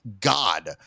god